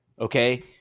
Okay